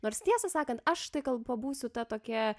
nors tiesą sakant aš tai gal pabūsiu ta tokia